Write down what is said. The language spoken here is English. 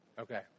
Okay